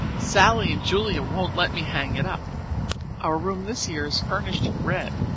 sallie and julia won't let me hang it up our room this year is furnished in red,